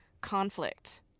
conflict